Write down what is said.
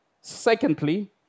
Secondly